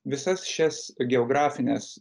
visas šias geografines